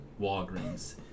walgreens